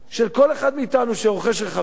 של כל אחד מאתנו שרוכש רכב,